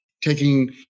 taking